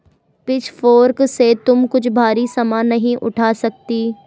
pitchfork से तुम कुछ भारी सामान नहीं उठा सकती